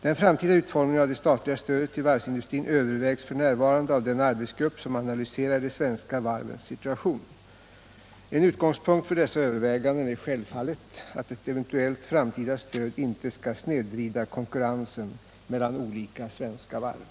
Den framtida utformningen av det statliga stödet till varvsindustrin övervägs f.n. av den arbetsgrupp som analyserar de svenska varvens situation. En utgångspunkt för dessa överväganden är självfallet att ett eventuellt framtida stöd inte skall snedvrida konkurrensen mellan olika svenska varv.